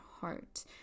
heart